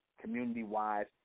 community-wise